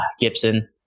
Gibson